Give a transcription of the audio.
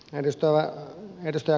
arvoisa puhemies